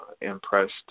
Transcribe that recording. impressed